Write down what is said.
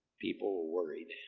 people were worried.